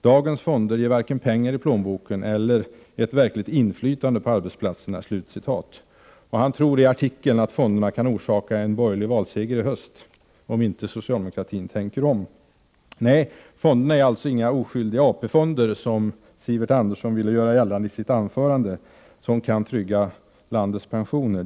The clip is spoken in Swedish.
Dagens fonder ger varken pengar i plånboken eller ett verkligt inflytande på arbetsplatserna.” Han tror enligt artikeln att fonderna kan förorsaka en borgerlig valseger i höst, om socialdemokratin inte tänker om. Nej, löntagarfonderna är inga oskyldiga AP-fonder, som Sivert Andersson ville göra gällande i sitt anförande, vilka kan trygga landets pensioner.